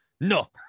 No